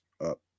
up